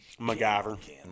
MacGyver